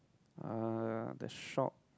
uh the shop